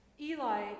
Eli